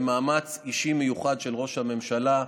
ומאמץ אישי מיוחד של ראש הממשלה,